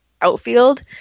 outfield